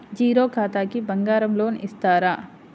Zero ఖాతాకి బంగారం loan ఇస్తారా?